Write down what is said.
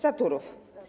Za Turów.